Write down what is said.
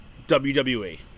WWE